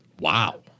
Wow